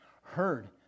heard